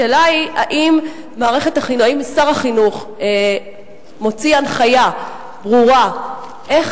השאלה היא האם שר החינוך מוציא הנחיה ברורה איך